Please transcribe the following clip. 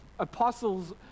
Apostles